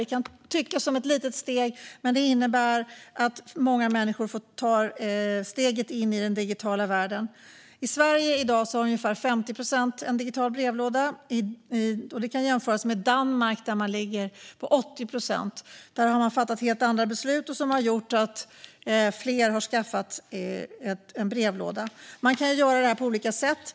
Det kan tyckas som ett litet steg, men det innebär att många människor tar steget in i den digitala världen. I Sverige i dag har ungefär 50 procent en digital brevlåda. Det kan jämföras med Danmark där man ligger på 80 procent. Där har man fattat helt andra beslut, vilket har gjort att fler har skaffat en brevlåda. Man kan göra det här på olika sätt.